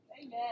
Amen